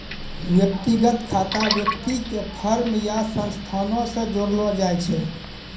व्यक्तिगत खाता व्यक्ति के फर्म या संस्थानो से जोड़लो जाय छै